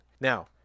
Now